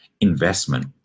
investment